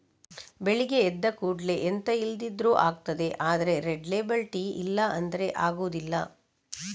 ಬೆಳಗ್ಗೆ ಎದ್ದ ಕೂಡ್ಲೇ ಎಂತ ಇಲ್ದಿದ್ರೂ ಆಗ್ತದೆ ಆದ್ರೆ ರೆಡ್ ಲೇಬಲ್ ಟೀ ಇಲ್ಲ ಅಂದ್ರೆ ಆಗುದಿಲ್ಲ